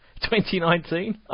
2019